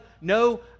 no